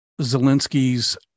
Zelensky's